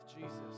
Jesus